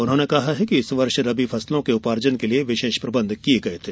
उन्होंने कहा कि इस वर्ष रबी फसलों के उपार्जन के लिये विशेष प्रबंध किये गये थे